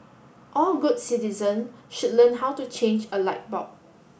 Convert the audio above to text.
all good citizen should learn how to change a light bulb